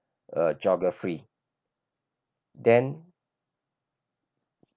uh geography then